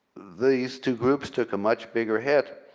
these two groups took a much better hit